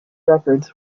records